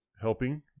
helping